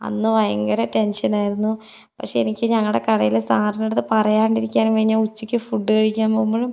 അന്ന് ഭയങ്കര ടെൻഷനായിരുന്നു പക്ഷെ എനിക്ക് ഞങ്ങളുടെ കടയിലെ സാറിൻ്റെ അടുത്ത് പറയാണ്ടിരിക്കാനും കഴിഞ്ഞു ഞാൻ ഉച്ചക്ക് ഫുഡ് കഴിക്കാൻ പോകുമ്പോഴും